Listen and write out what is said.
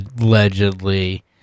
allegedly